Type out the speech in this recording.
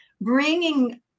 bringing